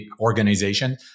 organization